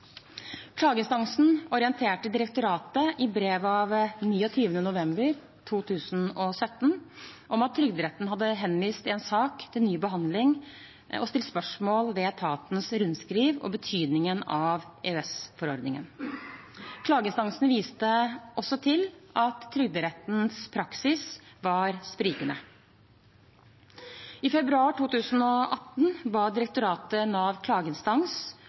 Klageinstansen orienterte direktoratet i brev av 29. november 2017 om at Trygderetten hadde henvist en sak til ny behandling og stilt spørsmål ved etatens rundskriv og betydningen av EØS-forordningen. Klageinstansen viste også til at Trygderettens praksis var sprikende. I februar 2018 ba direktoratet Nav klageinstans